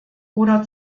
oder